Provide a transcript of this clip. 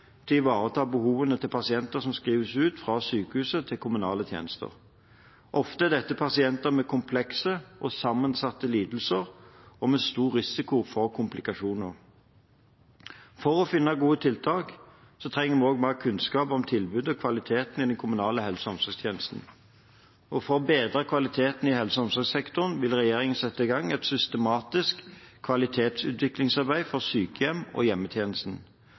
til å ivareta behovene til pasienter som skrives ut fra sykehuset til kommunale tjenester. Ofte er dette pasienter med komplekse og sammensatte lidelser og med stor risiko for komplikasjoner. For å finne gode tiltak trenger vi også mer kunnskap om tilbudet og kvaliteten i den kommunale helse- og omsorgstjenesten. For å bedre kvaliteten i helse- og omsorgssektoren vil regjeringen sette i gang et systematisk kvalitetsutviklingsarbeid for sykehjem og hjemmetjenesten.